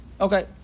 Okay